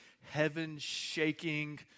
heaven-shaking